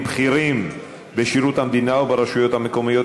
בכירים בשירות המדינה וברשויות המקומיות,